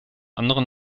anderen